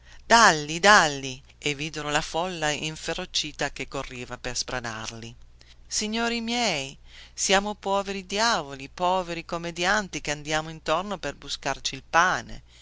dàlli dàlli e videro la folla inferocita che correva per sbranarli signori miei siamo poveri diavoli poveri commedianti che andiamo intorno per buscarci il pane